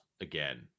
again